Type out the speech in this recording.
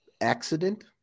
accident